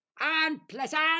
Unpleasant